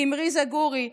אמרי זגורי,